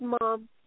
mom